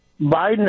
Biden